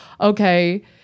Okay